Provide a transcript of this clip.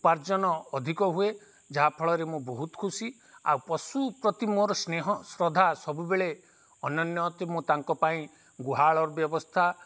ଉପାର୍ଜନ ଅଧିକ ହୁଏ ଯାହାଫଳରେ ମୁଁ ବହୁତ ଖୁସି ଆଉ ପଶୁ ପ୍ରତି ମୋର ସ୍ନେହ ଶ୍ରଦ୍ଧା ସବୁବେଳେ ଅନ୍ୟନ୍ୟ ମୁଁ ତାଙ୍କ ପାଇଁ ଗୁହାଳର ବ୍ୟବସ୍ଥା